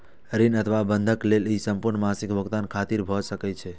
ऋण अथवा बंधक लेल ई संपूर्ण मासिक भुगतान खातिर भए सकैए